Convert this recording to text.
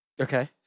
Okay